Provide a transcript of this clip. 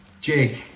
Jake